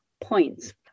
points